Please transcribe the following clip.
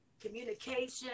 communication